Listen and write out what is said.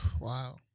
Wow